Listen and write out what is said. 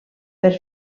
per